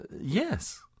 yes